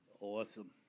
Awesome